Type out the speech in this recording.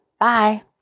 Bye